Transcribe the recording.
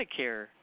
Medicare